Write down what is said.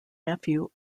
nephew